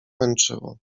męczyło